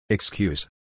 Excuse